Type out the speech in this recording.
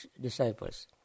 disciples